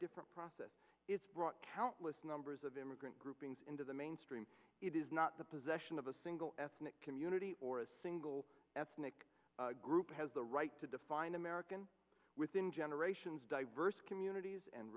different process it's brought countless numbers of immigrant groupings into the mainstream it is not the possession of a single ethnic community or a single ethnic group has the right to define american within generations diverse communities and